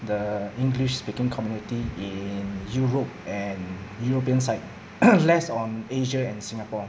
the english speaking community in europe and european side less on asia and singapore